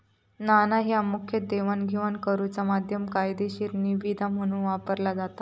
नाणा ह्या मुखतः देवाणघेवाण करुचा माध्यम, कायदेशीर निविदा म्हणून वापरला जाता